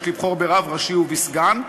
יש לבחור ברב ראשי ובסגן,